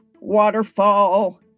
waterfall